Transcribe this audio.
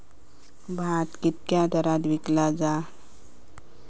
भात कित्क्या दरात विकला जा?